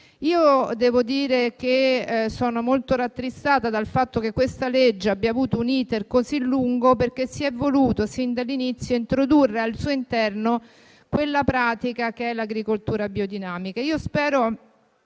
Devo dire che sono molto rattristata dal fatto che il disegno di legge in esame abbia avuto un *iter* così lungo, perché si è voluto sin dall'inizio introdurre al suo interno la pratica dell'agricoltura biodinamica